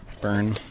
burn